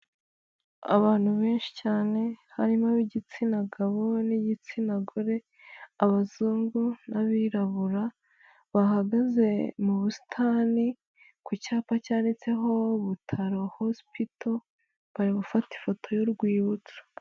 Abantu benshi cyane, harimo ab'igitsina gabo n'igitsina gore, abazungu n'abirabura, bahagaze mu busitani, ku cyapa cyanditseho Butaro hosipito, bari gufata ifoto y'urwibutso.